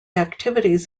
activities